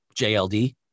JLD